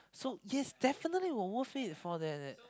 so yes definitely will worth it for that that